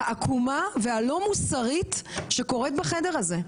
העקומה והלא מוסרית שקורית בחדר הזה.